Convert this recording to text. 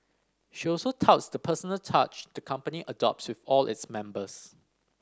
she also touts the personal touch the company adopts with all its members